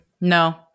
No